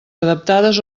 adaptades